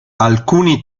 alcuni